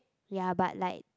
ya but like